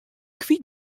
kwyt